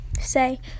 say